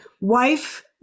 wife